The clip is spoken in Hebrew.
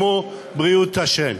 כמו בריאות השן.